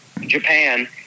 Japan